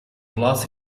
plaats